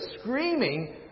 screaming